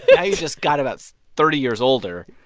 now you just got about thirty years older